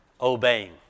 obeying